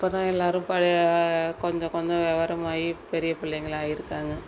இப்போ தான் எல்லோரும் பழைய கொஞ்சம் கொஞ்சம் விவரமாயி பெரிய பிள்ளைங்களாக இருக்காங்க